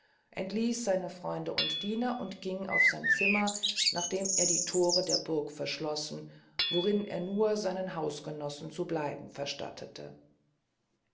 entließ seine freunde und diener und ging auf sein zimmer nachdem er die thore der burg verschlossen worin er nur seinen hausgenossen zu bleiben verstattete